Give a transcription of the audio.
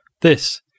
This